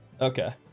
Okay